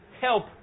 help